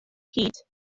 hud